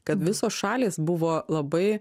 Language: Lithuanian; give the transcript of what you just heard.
kad visos šalys buvo labai